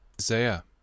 Isaiah